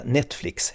Netflix